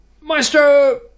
Maestro